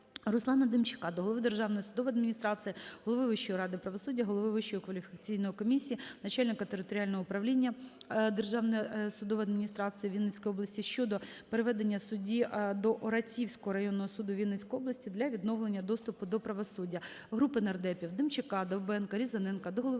Руслана Демчака до Голови Державної судової адміністрації, Голови Вищої ради правосуддя, Голови Вищої кваліфікаційної комісії, начальника Територіального управління Державної судової адміністрації в Вінницькій області щодо переведення судді до Оратівського районного суду Вінницької області для відновлення доступу до правосуддя. Групи народних депутатів (Демчака, Довбенка, Різаненка) до Голови